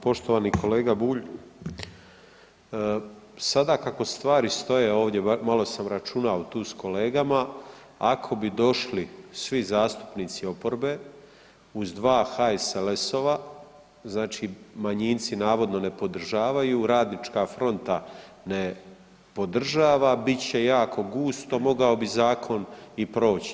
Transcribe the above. Poštovani kolega Bulj, sada kako stvari stoje ovdje, malo sam računao tu s kolegama ako bi došli svi zastupnici oporbe uz HSLS-ov, znači manjinci navodno ne podržavaju, Radnička front ne podržava, bit će jako gusto, mogao bi zakon i proći.